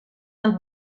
del